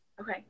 Okay